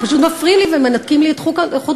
הם פשוט מפריעים לי ומנתקים לי את חוט המחשבה.